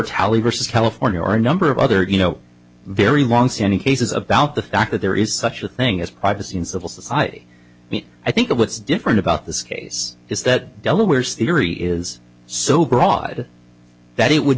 tally versus california or a number of other you know very longstanding cases about the fact that there is such a thing as privacy and civil society i think what's different about this case is that delaware's theory is so broad that it would